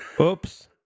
Oops